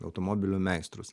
automobilių meistrus